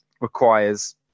requires